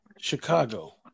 Chicago